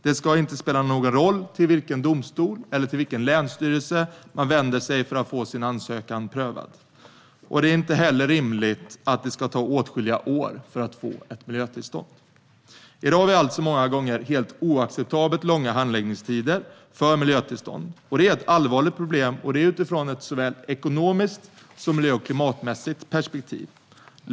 Det ska inte spela någon roll till vilken domstol eller till vilken länsstyrelse man vänder sig för att få sin ansökan prövad. Det är inte heller rimligt att det ska ta åtskilliga år för att få ett miljötillstånd. I dag är det alltså många gånger helt oacceptabelt långa handläggningstider för miljötillstånd. Det är ett allvarligt problem utifrån såväl ett ekonomiskt som ett miljö och klimatmässigt perspektiv.